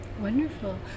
Wonderful